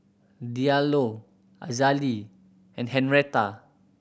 Diallo Azalee and Henretta